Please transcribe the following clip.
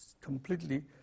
completely